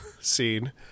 scene